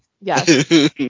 Yes